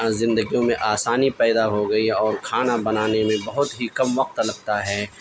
زندگیوں میں آسانی پیدا ہو گئی اور کھانا بنانے میں بہت ہی کم وقت لگتا ہے